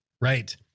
Right